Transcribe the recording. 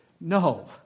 No